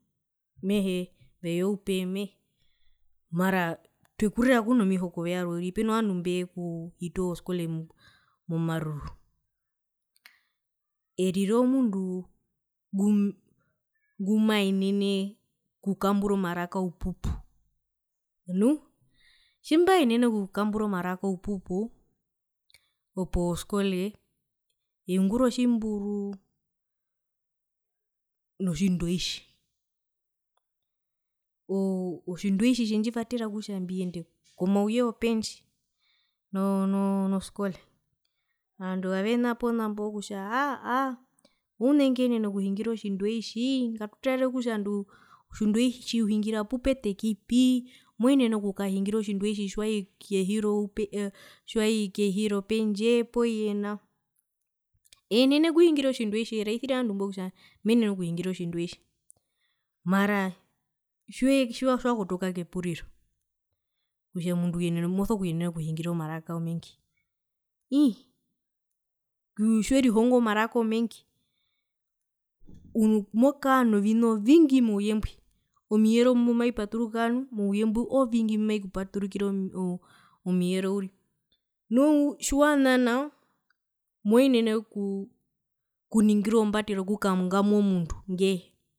Mehee veya oupe me twekurira kuno mihoko vyarwe uriri peno vandu mbekuhita ozoskole momaruru erire omundu ngu ngumaenene okukambura omaraka oupupu nu tjimbaenene okukambura omaraka oupupu opoo poskole eungura otjimburu notjindoitji oo otjindweitji tjendjivatera kutja mbiyende komauye wopendje no no skole ovanduavena pona mbo kutja aaa oune ngenena okuhingira otjindoitji akutarewa kutja otjindweitji uhungira pupetekipii moenene okukahingira otjindweitji tjiwai kehi ro pe tjiwai kehi ropendjee pooye nao. Eenene okuhingira otjindweitji eraisire ovandu mbo kutja menene okuhingira otjindweitji mara tjiwe tjiwakotoka kepuriro kutja omundu uyenena moso kuyenena okuhingira omaraka omengi ii tjiwerihingo maraka omengi mokaa novina ovingi mouye mbwi omiyero mbimavipaturuka nu mouyembwi ovingi mbimavi kupaturukire oo omiyero uriri nu nao moenene okuningira ombatero kukangamwa omundu ngee